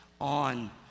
on